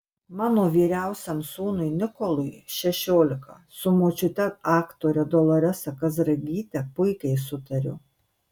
mano vyriausiam sūnui nikolui šešiolika su močiute aktore doloresa kazragyte puikiai sutariu